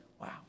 Wow